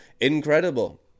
incredible